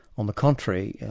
on the contrary,